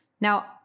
Now